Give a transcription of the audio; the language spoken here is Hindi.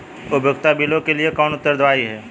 उपयोगिता बिलों के लिए कौन उत्तरदायी है?